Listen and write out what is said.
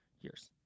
years